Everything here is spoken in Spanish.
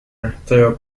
rastreo